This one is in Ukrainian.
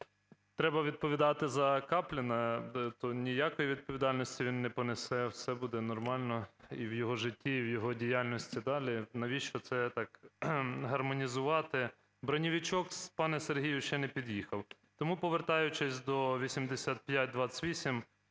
треба відповідати за Капліна, то ніякої відповідальності він не понесе, все буде нормально і в його житті, і в його діяльності далі. Навіщо це так гармонізувати? Бронєвичок, пане Сергію, ще не під'їхав. Тому, повертаючись до 8528,